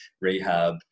rehab